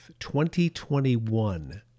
2021